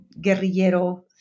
guerrillero